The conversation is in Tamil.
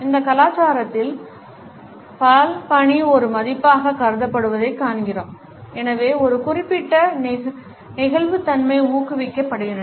இந்த கலாச்சாரங்களில் பல்பணி ஒரு மதிப்பாகக் கருதப்படுவதைக் காண்கிறோம் எனவே ஒரு குறிப்பிட்ட நெகிழ்வுத்தன்மை ஊக்குவிக்கப்படுகிறது